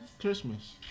christmas